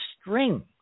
string